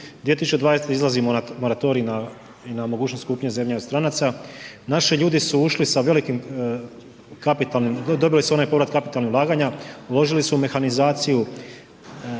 2020. izlazi na moratorij na mogućnost kupnje zemlje od stranaca, naši ljudi su ušli sa velikim kapitalnim, dobili su onaj povrat kapitalnih ulaganja, uložili su u mehanizaciju,